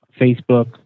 facebook